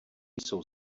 jsou